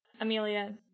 Amelia